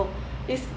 is